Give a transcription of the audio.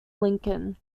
lincoln